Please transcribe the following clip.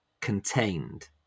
contained